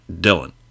Dylan